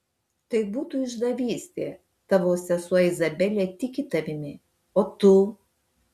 tai būtų išdavystė tavo sesuo izabelė tiki tavimi o tu